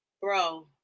bro